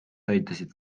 aitasid